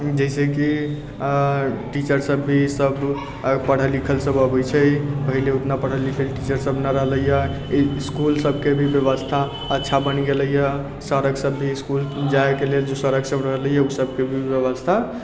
जइसेकि टीचरसब भी सब पढ़ल लिखल सब अबै छै पहिले ओतना पढ़ल लिखल टीचरसब नहि रहलैए ई इसकुल सबके भी बेबस्था अच्छा बनि गेलैए सड़कसब भी इसकुल जाइके लेल जे सड़कसब रहलैए ओ सबके भी बेबस्था